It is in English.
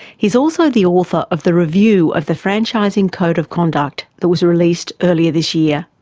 he is also the author of the review of the franchising code of conduct that was released earlier this year.